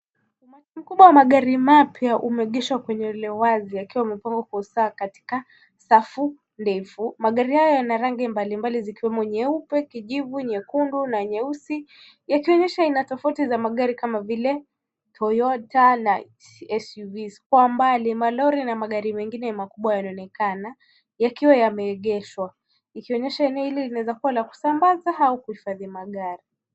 Ukubwa wa magari mapya, umeegeshwa kwenye eneo wazi, akiwa amepangwa kuhusika katika safu ndefu. Magari hayo yana rangi mbalimbali zikiwemo nyeupe, kijivu, nyekundu na nyeusi. Yakionyesha aina tofauti za magari kama vile; Toyota na SUVs kwa umbali, malori na magari mengine makubwa yanaonekana yakiwa yameegeshwa. Ikionyesha eneo hili linawezakuwa la kusambaza au kuhifadhi magari.